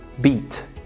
beat